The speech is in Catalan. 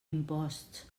imposts